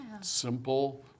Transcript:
simple